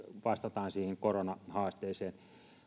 vastataan siihen koronahaasteeseen